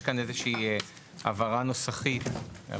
יש כאן איזושהי הבהרה נוסחית.